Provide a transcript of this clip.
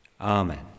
Amen